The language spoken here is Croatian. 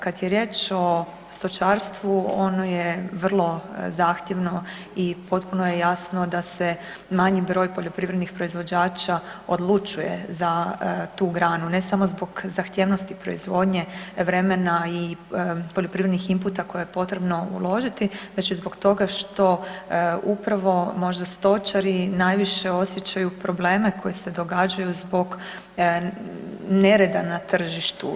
Kad je riječ o stočarstvu ono je vrlo zahtjevno i potpuno je jasno da se manji broj poljoprivrednih proizvođača odlučuje za tu granu ne samo zbog zahtjevnosti proizvodnje, vremena i poljoprivrednih imputa koje je potrebno uložiti već i zbog toga što upravo možda stočari najviše osjećaju probleme koji se događaju zbog nereda na tržištu.